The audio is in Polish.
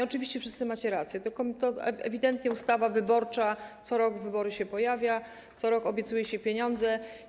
Oczywiście wszyscy macie rację, tylko to ewidentnie jest ustawa wyborcza: co rok w wybory się pojawia, co rok obiecuje się pieniądze.